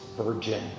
virgin